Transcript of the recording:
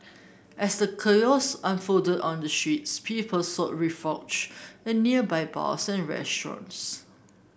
as the chaos unfolded on the streets people sought refuge in nearby bars and restaurants